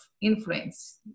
influence